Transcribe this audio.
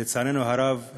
לצערנו הרב,